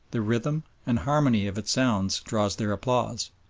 the rhythm and harmony of its sounds draws their applause.